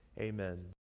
Amen